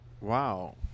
wow